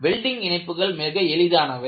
welding இணைப்புகள் மிக எளிதானவை